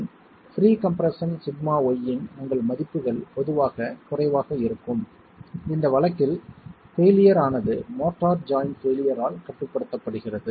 பின் pre compression sigma y இன் உங்கள் மதிப்புகள் பொதுவாக குறைவாக இருக்கும் இந்த வழக்கில் பெயிலியர் ஆனது மோர்ட்டார் ஜாய்ண்ட் பெயிலியர் ஆல் கட்டுப்படுத்தப்படுகிறது